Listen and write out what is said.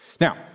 Now